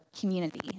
community